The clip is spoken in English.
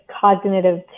cognitive